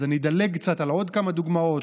אז אני אדלג קצת על עוד כמה דוגמאות.